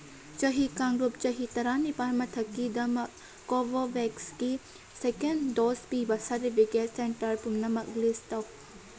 ꯆꯍꯤ ꯀꯥꯡꯂꯨꯞ ꯆꯍꯤ ꯇꯔꯥꯅꯤꯄꯥꯜ ꯃꯇꯛꯀꯤꯗꯃꯛ ꯀꯣꯚꯣꯕꯦꯛꯁꯀꯤ ꯁꯦꯀꯦꯟ ꯗꯣꯁ ꯄꯤꯕ ꯁꯥꯔꯗꯤꯕꯤꯒꯦꯠ ꯁꯦꯟꯇꯔ ꯄꯨꯝꯅꯃꯛ ꯂꯤꯁ ꯇꯧ